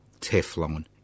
Teflon